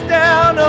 down